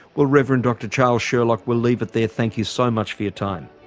well, rev. and dr charles sherlock, we'll leave it there, thank you so much for your time.